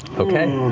okay.